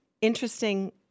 interesting